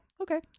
okay